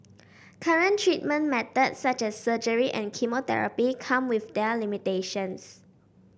current treatment methods such as surgery and chemotherapy come with their limitations